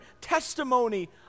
testimony